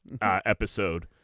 episode